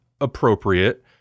appropriate